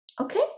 okay